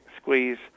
squeeze